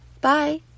Bye